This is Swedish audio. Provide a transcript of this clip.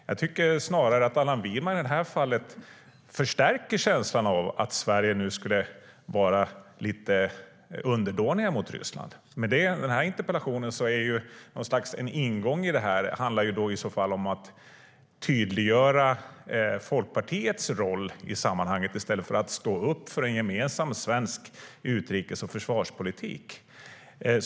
Jag tycker snarare att Allan Widman i det här fallet förstärker känslan av att Sverige nu skulle vara lite underdånigt mot Ryssland. Den här interpellationen handlar i så fall om att tydliggöra Folkpartiets roll i sammanhanget i stället för att stå upp för en gemensam svensk utrikes och försvarspolitik.